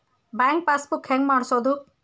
Bank passbook ಹೆಂಗ್ ಮಾಡ್ಸೋದು?